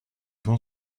vont